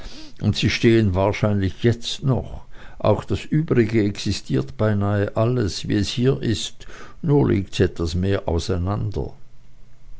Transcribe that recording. und sie stehen wahrscheinlich jetzt noch auch das übrige existiert beinahe alles wie es hier ist nur liegt's etwas mehr auseinander